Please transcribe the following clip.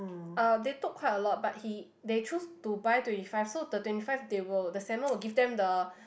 uh they took quite a lot but he they choose to buy twenty five so the twenty five they will the Samuel will give them the